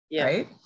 right